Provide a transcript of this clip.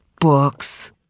books